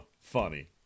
funny